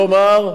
כלומר,